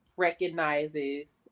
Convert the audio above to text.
recognizes